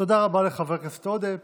תודה רבה לחבר הכנסת עודה.